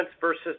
versus